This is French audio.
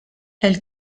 elle